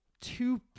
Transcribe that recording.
two